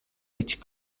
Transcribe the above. which